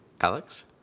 Alex